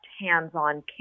hands-on